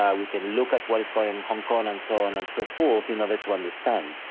um we can look at what is going on hong kong and so on and so forth in order to understand,